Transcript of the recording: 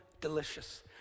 delicious